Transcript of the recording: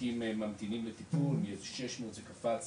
תיקים ממתינים לטיפול, מ-1,600 זה קפץ